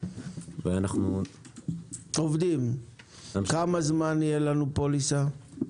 תוך כמה זמן תהיה לנו פוליסה?